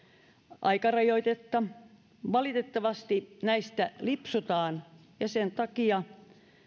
aikarajoitetta valitettavasti näistä lipsutaan ja sen takia